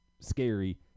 scary